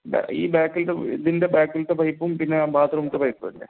ആ ഈ ബാക്കിലത്തെ ഇതിൻ്റെ ബാക്കിലത്തെ പൈപ്പും പിന്നെ ബാത്റൂമിലത്തെ പൈപ്പും അല്ലേ